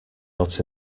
out